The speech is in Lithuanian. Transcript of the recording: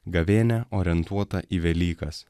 gavėnia orientuota į velykas